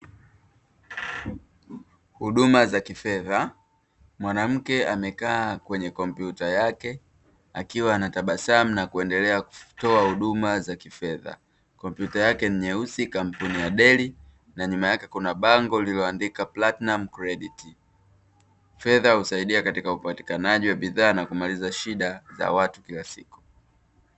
Huduma za kifedha mwanamke amekaa kwenye kompyuta yake akiwa anatabasamu na kuendelea kutoa huduma za kifedha. Kompyuta yake ni nyeusi, kampuni ya deli na nyuma yake kuna bango lililoandika platnumz credit. Fedha husaidia Katika upatikanaji wa bidhaa na kumaliza shida za watu kila siku.